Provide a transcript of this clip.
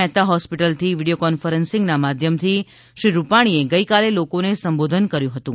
મહેતા હોસ્પિટલથી વીડિયો કોન્ફરન્સના માધ્યમથી શ્રી રૂપાણીએ ગઈકાલે લોકોને સંબોધન કર્યું હતું